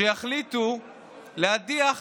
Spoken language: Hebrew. שיחליטו להדיח,